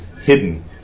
hidden